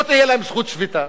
לא תהיה להם זכות שביתה.